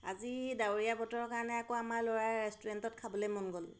আজি ডাৱৰীয়া বতৰৰ কাৰণে আকৌ আমাৰ ল'ৰাৰ ৰেষ্টুৰেণ্টত খাবলৈ মন গ'ল